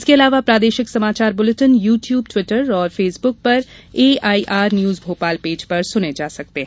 इसके अलावा प्रादेशिक समाचार बुलेटिन यू ट्यूब ट्विटर और फेसबुक पर एआईआर न्यूज भोपाल पेज पर सुने जा सकते हैं